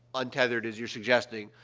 untethered as you're suggesting.